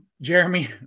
Jeremy